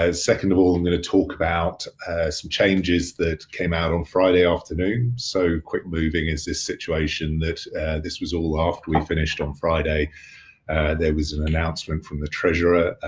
ah second of all, i'm gonna talk about some changes that came out on friday afternoon. so quick moving is this situation that this was all after we finished on friday there was an announcement from the treasurer,